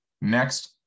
Next